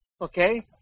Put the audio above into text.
okay